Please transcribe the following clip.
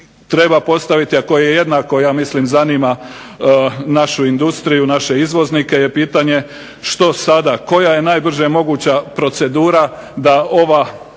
treba postaviti a koje jednako zanima našu industriju, izvoznike, je pitanje što sada, koja je najbrža procedura da ovako